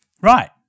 Right